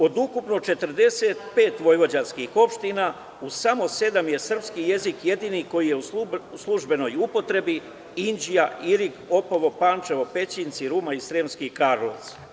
Od ukupno 45 vojvođanskih opština u samo sedam je srpski jezik jedini koji je u službenoj upotrebi: Inđija, Irig, Opovo, Pančevo, Pećinci, Ruma i Sremski Karlovci.